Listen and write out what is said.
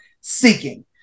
seeking